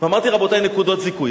ואמרתי, רבותי, נקודות זיכוי.